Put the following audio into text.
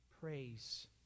praise